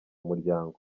umuryango